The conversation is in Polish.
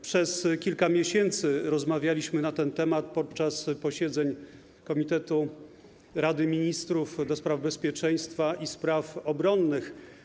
Przez kilka miesięcy rozmawialiśmy na ten temat podczas posiedzeń Komitetu Rady Ministrów do spraw Bezpieczeństwa Narodowego i Spraw Obronnych.